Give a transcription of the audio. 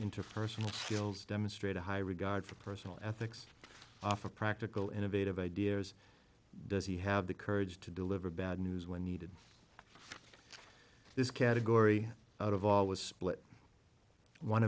interpersonal skills demonstrate a high regard for personal ethics off of practical innovative ideas does he have the courage to deliver bad news when needed this category of always split one